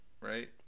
right